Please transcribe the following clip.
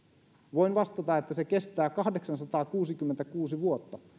voin vastata että se kestää kahdeksansataakuusikymmentäkuusi vuotta